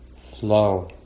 flow